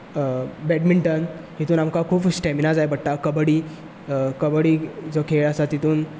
badminton हेतून आमकां खूब स्टेमिना जाय पडटा कबड्डी कबड्डी जो खेळ आसा तितून